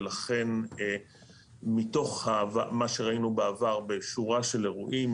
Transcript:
ולכן, מתוך מה שראינו בעבר בשורה של אירועים,